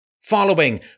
following